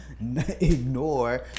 ignore